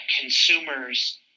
consumers